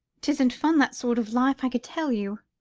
tisn't fun, that sort of life, i can tell you.